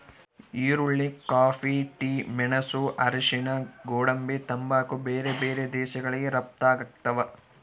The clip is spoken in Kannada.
ಈರುಳ್ಳಿ ಕಾಫಿ ಟಿ ಮೆಣಸು ಅರಿಶಿಣ ಗೋಡಂಬಿ ತಂಬಾಕು ಬೇರೆ ಬೇರೆ ದೇಶಗಳಿಗೆ ರಪ್ತಾಗ್ತಾವ